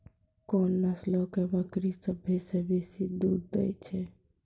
कोन नस्लो के बकरी सभ्भे से बेसी दूध दै छै?